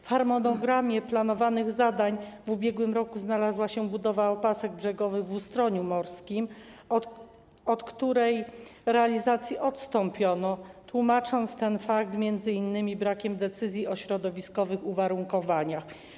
W harmonogramie planowanych zadań w ubiegłym roku znalazła się budowa opasek brzegowych w Ustroniu Morskim, od której realizacji odstąpiono, tłumacząc ten fakt m.in. brakiem decyzji o środowiskowych uwarunkowaniach.